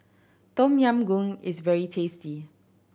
Tom Yam Goong is very tasty